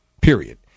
period